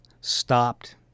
stopped